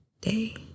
day